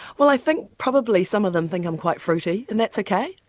well i think probably some of them think i'm quite fruity and that's okay,